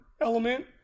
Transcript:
element